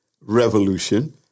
revolution